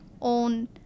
own